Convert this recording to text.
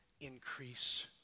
increase